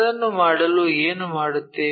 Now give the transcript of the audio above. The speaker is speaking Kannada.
ಅದನ್ನು ಮಾಡಲು ಏನು ಮಾಡುತ್ತೇವೆ